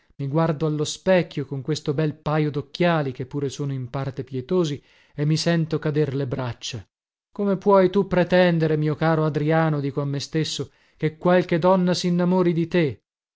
guardo allo specchio con questo bel pajo docchiali che pure sono in parte pietosi e mi sento cader le braccia come puoi tu pretendere mio caro adriano dico a me stesso che qualche donna sinnamori di te